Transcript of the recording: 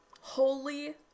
Holy